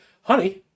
honey